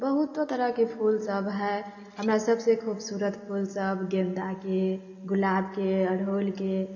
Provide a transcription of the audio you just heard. बहुतो तरहके फूल सब हय हमरा सबसे खूबसूरत फूल सब गेंदाके गुलाबके अड़हुलके जे